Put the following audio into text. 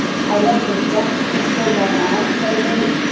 i know construction is still going on in vegas.